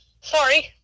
Sorry